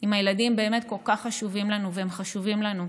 אם הילדים באמת כל כך חשובים לנו, והם חשובים לנו,